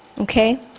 Okay